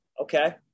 Okay